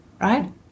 right